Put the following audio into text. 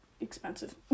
expensive